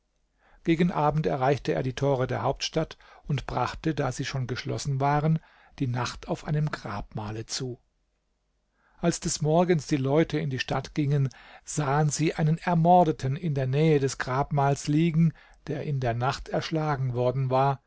gegen abend erreichte er die tore der hauptstadt und brachte da sie schon geschlossen waren die nacht auf einem grabmale zu als des morgens die leute in die stadt gingen sahen sie einen ermordeten in der nähe des grabmals liegen der in der nacht erschlagen worden war